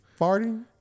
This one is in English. Farting